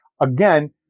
again